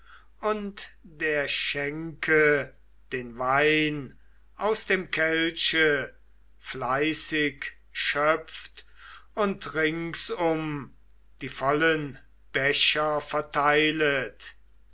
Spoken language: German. und der schenke den wein aus dem kelche fleißig schöpft und ringsum die vollen becher verteilet